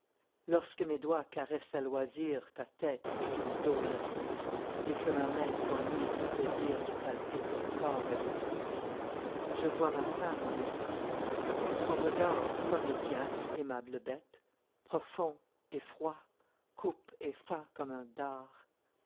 lorsque mes doigts caressent à loisir ta tête et ton dos élastique et que ma main s'enivre du plaisir de palper ton corps électrique je vois ma femme en esprit son regard comme le tien aimable bête profond et froid coupe et fend comme un dard